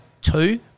two